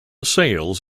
sales